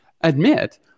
Admit